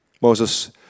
Moses